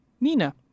Nina